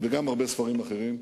וגם הרבה ספרים אחרים.